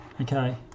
okay